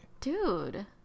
Dude